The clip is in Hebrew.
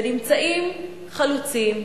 ונמצאים חלוצים,